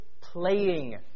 playing